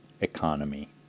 economy